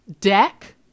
deck